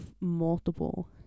multiple